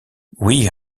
oui